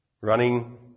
running